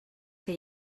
que